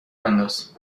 بنداز